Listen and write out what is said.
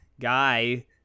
guy